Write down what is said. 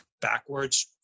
backwards